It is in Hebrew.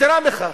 יתירה מכך,